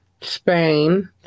Spain